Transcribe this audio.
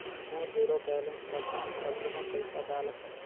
मोर zero balance खाता मे कतना पइसा डाल हूं?